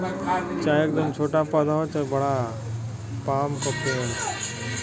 चाहे एकदम छोटा पौधा हो चाहे बड़ा पाम क पेड़